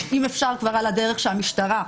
אם אפשר כבר על הדרך שהמשטרה,